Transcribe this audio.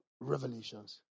Revelations